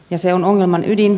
ja se on ongelman ydin